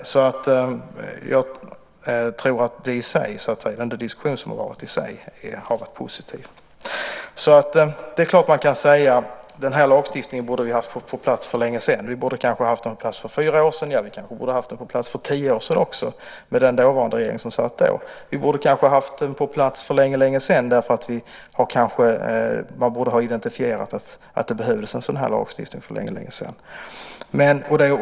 Jag tror alltså att den diskussion som har varit i sig har varit positiv. Det är klart att man kan säga att den här lagstiftningen borde vi haft på plats för länge sedan. Vi borde kanske haft den på plats för fyra år sedan. Ja, vi kanske också borde haft den på plats för tio år sedan med den regering som satt då. Vi kanske borde haft den på plats för länge, länge sedan, därför att vi borde ha identifierat behovet av en sådan här lagstiftning för länge sedan.